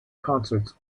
concerts